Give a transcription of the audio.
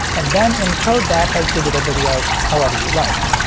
and then encode that as digital video however you like.